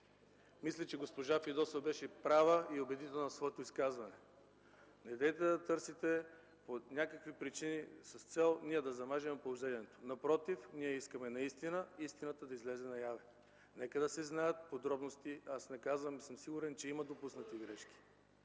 Мисля, че госпожа Фидосова беше права и убедителна в своето изказване. Недейте да търсите някакви причини с цел ние да замажем положението. Напротив, ние искаме истината да излезе наяве. Нека да се знаят подробности. Аз съм сигурен, че има допуснати грешки.